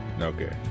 okay